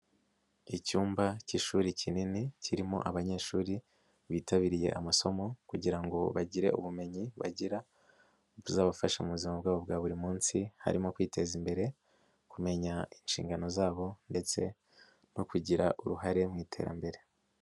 Icyumba cy'ishuri kinini kirimo abanyeshuri bitabiriye amasomo kugira ngo bagire ubumenyi bagira buzabafasha mu buzima bwabo bwa buri munsi, harimo kwiteza imbere, kumenya inshingano zabo ndetse no kugira uruhare mu iterambere.